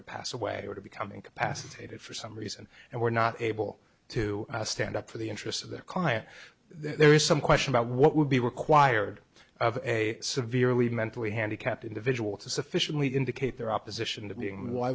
to pass away or to become incapacitated for some reason and were not able to stand up for the interests of their client there is some question about what would be required of a severely mentally handicapped individual to sufficiently indicate their opposition to being why